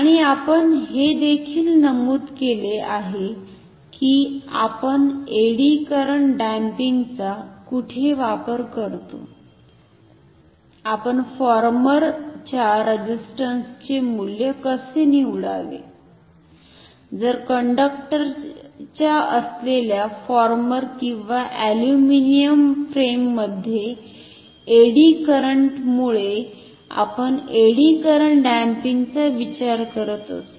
आणि आपण हे देखील नमूद केले आहे की आपण एडी करंट डॅम्पिंगचा कुठे वापर करतो आपण फॉर्मर च्या रेझिस्टंसचे मूल्य कसे निवडावे जर कंडक्टरच्या असलेल्या फॉर्मर किंवा अॅल्युमिनियम फ्रेममध्ये एडी करंटमुळे आपण एडी करंट डॅम्पिंगचा विचार करत असु